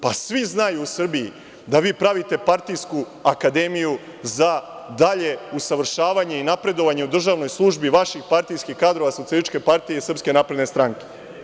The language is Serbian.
Pa, svi znaju u Srbiji da vi pravite partijsku akademiju za dalje usavršavanje i napredovanje u državnoj službi vaših partijskih kadrova, Socijalističke partije i Srpske napredne stranke.